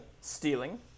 stealing